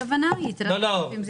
יש